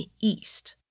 east